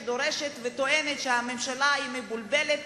שטוענת שהממשלה מבולבלת,